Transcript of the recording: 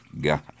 God